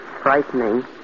Frightening